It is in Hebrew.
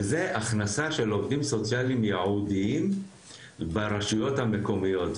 וזה הכנסה של עובדים סוציאליים ייעודיים ברשויות המקומיות,